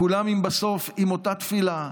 כולם בסוף עם אותה תפילה,